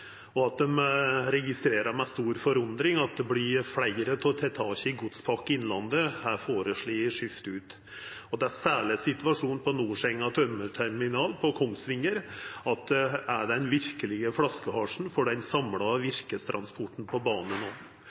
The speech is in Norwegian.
Dei registrerer med stor forundring at fleire tiltak i Godspakke Innlandet er føreslått skifta ut. Det gjeld særleg situasjonen på Norsenga tømmerterminal på Kongsvinger. Det er den verkelege flaskehalsen for den samla virkestransporten på bane